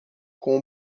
com